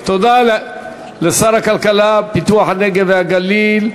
תודה לשר הכלכלה ופיתוח הנגב והגליל.